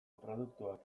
produktuak